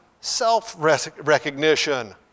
self-recognition